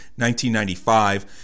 1995